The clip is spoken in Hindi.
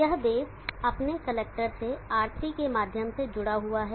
यह बेस अपने कलेक्टर से R3 के माध्यम से जुड़ा हुआ है